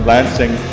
Lansing